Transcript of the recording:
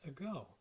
ago